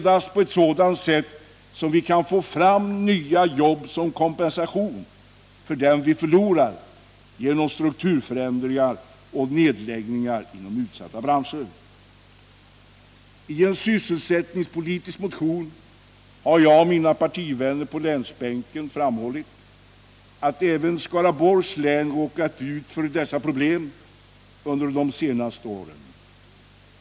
Det är endast därigenom vi kan få fram nya jobb som kompensation för dem vi förlorar genom strukturförändringar och nedläggningar inom utsatta branscher. I en motion om sysselsättningspolitiken har jag och mina partivänner på länsbänken framhållit att även Skaraborgs län råkat ut för dessa problem under de senaste åren.